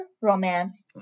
romance